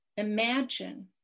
Imagine